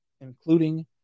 including